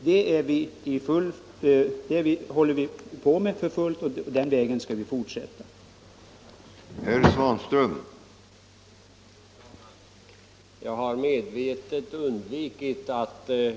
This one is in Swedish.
Det håller vi på med, och det skall vi fortsätta med.